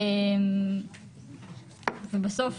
ובסוף